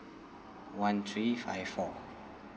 one three five four